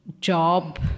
job